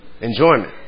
Enjoyment